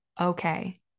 okay